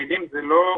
הרשות,